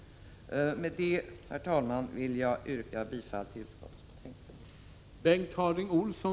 Herr talman! Med detta yrkar jag bifall till utskottets hemställan.